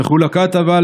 וחולקא טבא,